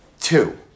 Two